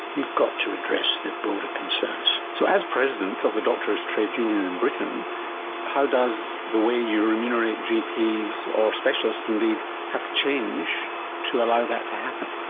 you've got to address the broader concerns. so as president of the doctors' trade union in britain how does the way you remunerate gps or specialists indeed have to change to allow that to happen?